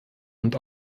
und